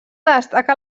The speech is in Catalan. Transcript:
destaca